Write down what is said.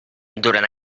durant